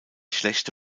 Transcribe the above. schlechte